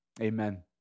Amen